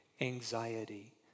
anxiety